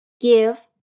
give